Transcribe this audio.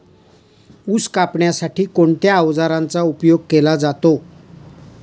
ऊस कापण्यासाठी कोणत्या अवजारांचा उपयोग केला जातो?